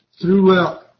throughout